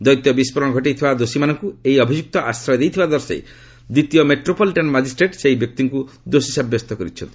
ଦୈତ୍ୟ ବିସ୍ଫୋରଣ ଘଟାଇଥିବା ଦୋଷୀମାନଙ୍କୁ ଏହି ଅଭିଯୁକ୍ତ ଆଶ୍ରୟ ଦେଇଥିବା ଦର୍ଶାଇ ଦ୍ୱିତୀୟ ମେଟ୍ରୋପଲିଟାନ ମାଜିଷ୍ଟ୍ରେଟ୍ ସେହି ବ୍ୟକ୍ତିଙ୍କ ଦୋଷୀସାବ୍ୟସ୍ତ କରିଛନ୍ତି